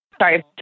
Sorry